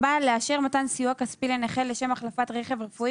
לאשר מתן סיוע כספי לנכה לשם החלפת רכב רפואי